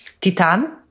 Titan